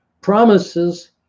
Promises